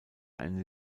eine